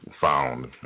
found